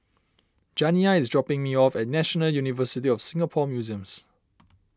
Janiya is dropping me off at National University of Singapore Museums